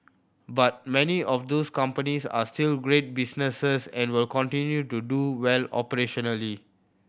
but many of these companies are still great businesses and will continue to do well operationally